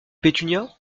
pétunia